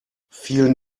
vielen